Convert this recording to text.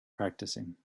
practicing